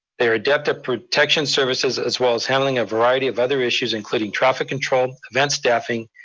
their adept at protection services, as well as handling a variety of other issues, including traffic control, event staffing,